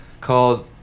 called